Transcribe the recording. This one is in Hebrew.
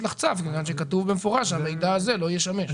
לך צו מכיוון שכתוב במפורש שהמידע הזה לא ישמש לתכלית אחרת.